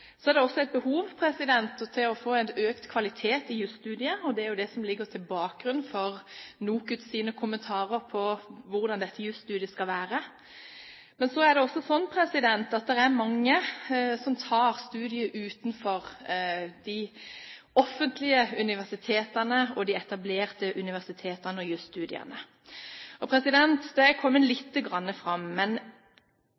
Så er det også et behov for å få økt kvalitet i jusstudiet, og det er jo det som ligger til grunn for NOKUTs kommentarer på hvordan dette jusstudiet skal være. Men det er også sånn at det er mange som tar studiet utenfor de offentlige universitetene og de etablerte universitetene og jusstudiene. Det har kommet litt fram, men Kristelig Folkeparti kjenner en bekymring med tanke på de studieforbundene som tilbyr jus. Folkeuniversitetet er